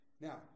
Now